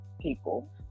people